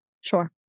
Sure